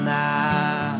now